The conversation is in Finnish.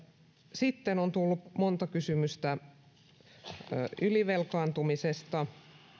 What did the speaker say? sitten on tullut monta kysymystä ylivelkaantumisesta